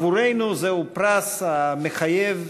עבורנו זהו פרס המחייב